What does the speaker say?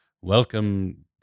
welcome